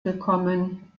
gekommen